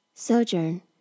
Sojourn